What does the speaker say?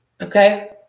Okay